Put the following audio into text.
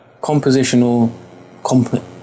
compositional